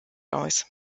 aus